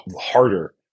harder